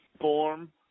form